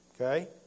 Okay